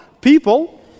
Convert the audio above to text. people